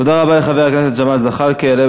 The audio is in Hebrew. תודה רבה לחבר הכנסת ג'מאל זחאלקה.